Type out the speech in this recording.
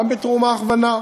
גם בתחום ההכוונה.